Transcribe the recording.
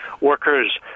workers